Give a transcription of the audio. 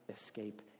escape